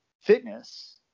fitness